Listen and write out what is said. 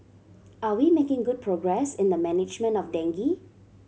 are we making good progress in the management of dengue